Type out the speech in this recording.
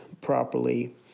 properly